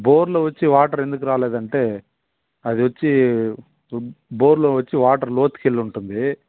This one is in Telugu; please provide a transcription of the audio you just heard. బోరులో వచ్చి వాటర్ ఎందుకు రాలేదు అంటే అది వచ్చి బోరులో వచ్చి వాటర్ లోతుకి వెళ్ళి ఉంటుంది